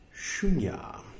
Shunya